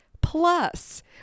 Plus